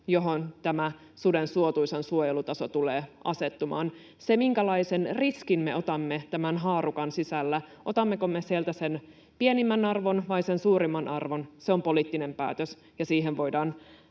johon suden suotuisan suojelun taso tulee asettumaan. Se, minkälaisen riskin me otamme tämän haarukan sisällä — otammeko me sieltä sen pienimmän arvon vai sen suurimman arvon — on poliittinen päätös, ja siitä sitten